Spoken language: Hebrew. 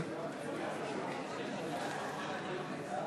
איתן ברושי, מצביע